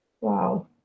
Wow